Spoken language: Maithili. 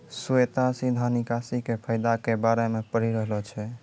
श्वेता सीधा निकासी के फायदा के बारे मे पढ़ि रहलो छै